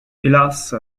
hélas